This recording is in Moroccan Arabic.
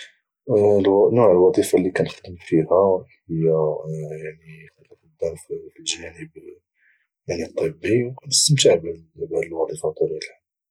نوع الوظيفه اللي خدام فيها يعني خدام في الجانب يعني الطبي وكانستمتع في هذه الوظيفه بطبيعه الحال